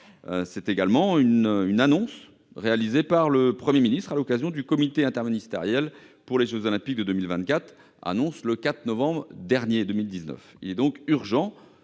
reprend également une annonce faite par le Premier ministre à l'occasion du comité interministériel pour les jeux Olympiques de 2024, le 4 novembre 2019. Il est donc urgent